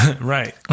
Right